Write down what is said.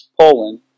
Poland